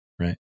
right